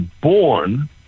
born